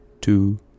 two